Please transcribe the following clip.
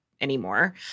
anymore